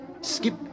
skip